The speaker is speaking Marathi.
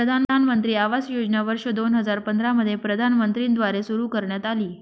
प्रधानमंत्री आवास योजना वर्ष दोन हजार पंधरा मध्ये प्रधानमंत्री न द्वारे सुरू करण्यात आली